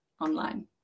online